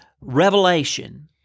revelation